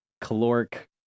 caloric